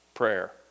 prayer